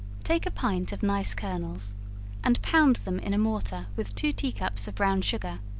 take a pint of nice kernels and pound them in a mortar with two tea-cups of brown sugar,